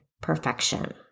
perfection